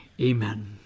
Amen